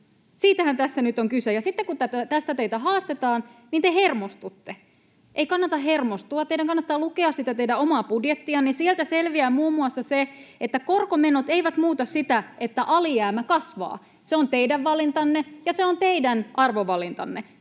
Siitähän tässä nyt on kyse. Ja sitten, kun tästä teitä haastetaan, niin te hermostutte. Ei kannata hermostua. Teidän kannattaa lukea sitä teidän omaa budjettia, niin sieltä selviää muun muassa se, että korkomenot eivät muuta sitä, että alijäämä kasvaa. Se on teidän valintanne ja se on teidän arvovalintanne.